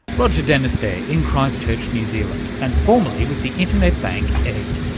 roger dennis there in christchurch new zealand, and formerly with the internet bank egg.